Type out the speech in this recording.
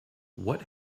what